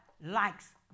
likes